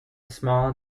small